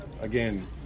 again